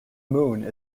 moon